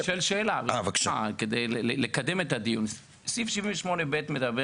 אני מבקש לשאול כדי לקדם את הדיון: סעיף 78ב מדבר